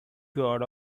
god